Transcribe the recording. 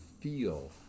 feel